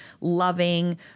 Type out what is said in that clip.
loving